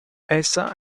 essa